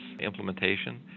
implementation